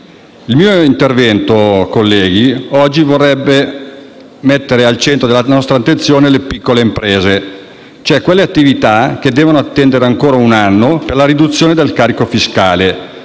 Il mio intervento, colleghi, oggi vorrebbe mettere al centro della nostra attenzione le piccole imprese, cioè quelle attività che devono attendere ancora un anno per la riduzione del carico fiscale.